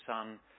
son